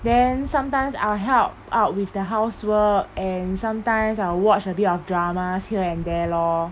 then sometimes I'll help out with the housework and sometimes I'll watch a bit of dramas here and there lor